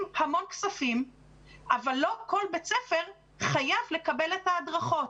המון כספים אבל לא כל בית ספר חייב לקבל את ההדרכות.